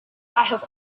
have